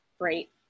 Great